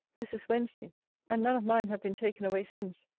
this is wednesday and none of mine have been taken away since.